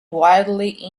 wildly